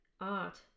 art